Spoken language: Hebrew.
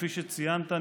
כפי שציינת,